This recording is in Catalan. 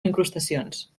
incrustacions